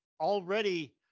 already